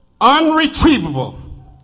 Unretrievable